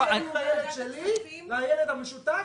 בבקשה.